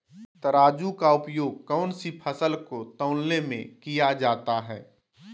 तराजू का उपयोग कौन सी फसल को तौलने में किया जाता है?